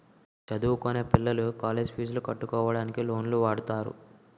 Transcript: చదువుకొనే పిల్లలు కాలేజ్ పీజులు కట్టుకోవడానికి లోన్లు వాడుతారు